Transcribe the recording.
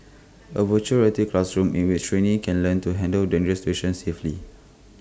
A Virtual Reality classroom in which trainees can learn to handle dangerous situations safely